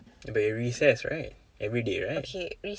but you had recess right everyday right